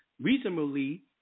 reasonably